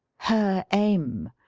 her aim,